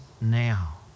now